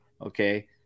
okay